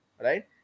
right